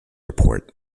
report